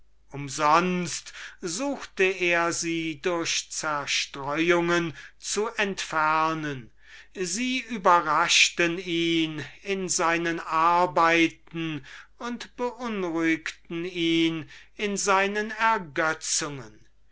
umsonst suchte er sie durch zerstreuungen zu entfernen sie überraschten ihn in seinen arbeiten und beunruhigten ihn in seinen ergötzungen er